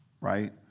right